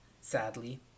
sadly